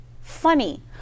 Funny